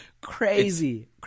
Crazy